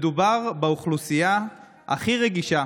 מדובר באוכלוסייה הכי רגישה